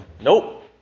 Nope